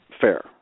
fair